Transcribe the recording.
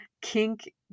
kink